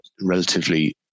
relatively